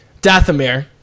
dathomir